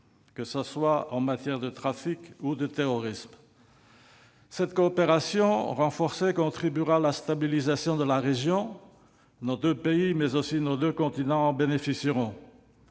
que ce soit en matière de trafic ou de terrorisme. Cette coopération renforcée contribuera à la stabilisation de la région. Nos deux pays, mais aussi nos deux continents, en bénéficieront.